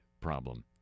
problem